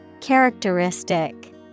Characteristic